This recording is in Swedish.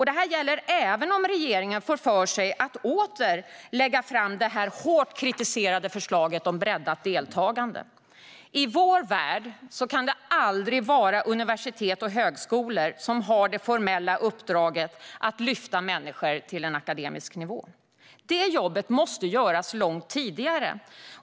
Det gäller även om regeringen får för sig att åter lägga fram det hårt kritiserade förslaget om breddat deltagande. I vår värld kan det aldrig vara universitet och högskolor som har det formella uppdraget att lyfta människor till en akademisk nivå. Det jobbet måste göras långt tidigare.